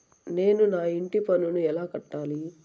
నేను నా ఇంటి పన్నును ఎలా కట్టాలి?